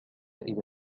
إلى